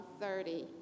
thirty